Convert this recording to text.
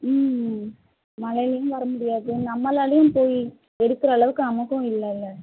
ம் மழையிலையும் வர முடியாது நம்மளாலேயும் போய் எடுக்கிற அளவுக்கு நமக்கும் இல்லைல